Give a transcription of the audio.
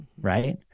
right